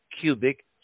cubic